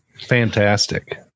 Fantastic